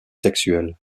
sexuel